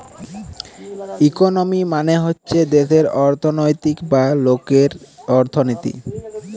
economy মানে হচ্ছে দেশের অর্থনৈতিক বা লোকের অর্থনীতি